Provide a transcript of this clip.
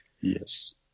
Yes